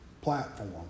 platform